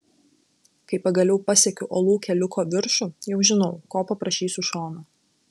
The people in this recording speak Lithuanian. kai pagaliau pasiekiu uolų keliuko viršų jau žinau ko paprašysiu šono